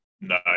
No